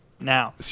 now